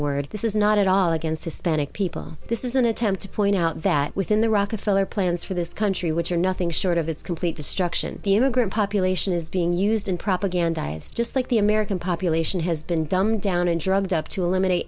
word this is not at all against hispanic people this is an attempt to point out that within the rockefeller plans for this country which are nothing short of its complete destruction the immigrant population is being used in propagandized just like the american population has been dumbed down and drugged up to eliminate